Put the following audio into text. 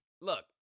look